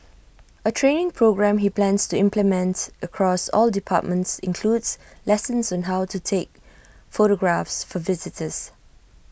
A training programme he plans to implements across all departments includes lessons on how to take photographs for visitors